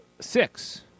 Six